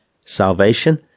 salvation